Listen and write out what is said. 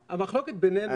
המחלוקת בינינו --- כן, חן.